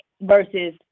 versus